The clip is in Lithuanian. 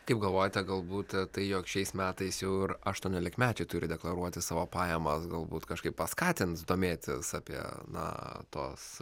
kaip galvojate galbūt tai jog šiais metais jau ir aštuoniolikmečiai turi deklaruoti savo pajamas galbūt kažkaip paskatins domėtis apie na tos